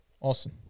Awesome